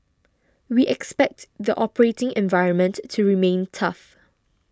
we expect the operating environment to remain tough